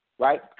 Right